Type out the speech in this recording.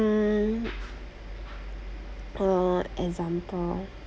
mm uh example